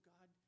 God